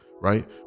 Right